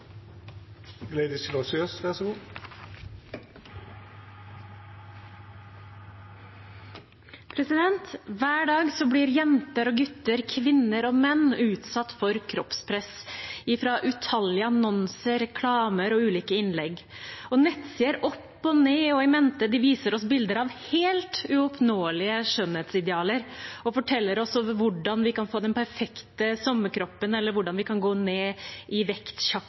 Hver dag blir jenter og gutter, kvinner og menn utsatt for kroppspress fra utallige annonser, reklamer og ulike innlegg. Nettsider opp og ned og i mente viser oss bilder av helt uoppnåelige skjønnhetsidealer og forteller oss hvordan vi kan få den perfekte sommerkroppen, eller hvordan vi kan gå ned i vekt